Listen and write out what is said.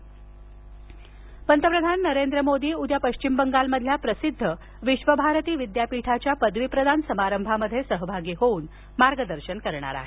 विश्वभारती पंतप्रधान नरेंद्र मोदी उद्या पश्चिम बंगालमधील प्रसिद्ध विश्वभारती विद्यापीठाच्या पदवीप्रदान समारंभात सहभागी होऊन मार्गदर्शन करणार आहेत